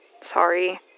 Sorry